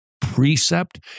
precept